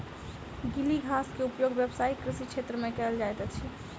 गीली घास के उपयोग व्यावसायिक कृषि क्षेत्र में कयल जाइत अछि